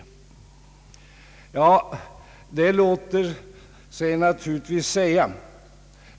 Detta låter sig naturligtvis sägas.